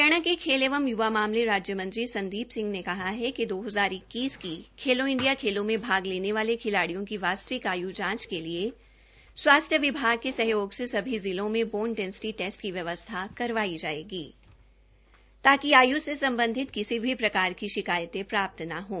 हरियाणा के खेल एवं य्वा मामले राज्य मंत्री सरदार संदीप सिंह ने कहा है कि खेलो इंडिया खेलों में भाग लेने वाले खिलाडियों की वास्तविक आय् जांच के लिए स्वास्थ्य विभाग के सहयोग से सभी जिलों में बोन डेंसटी टेस्ट की व्यवस्था करवाई जायेगी ताकि आय् से संबंधित किसी प्रकार की शिकायतें प्राप्त न हों